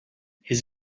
his